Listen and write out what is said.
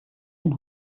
ein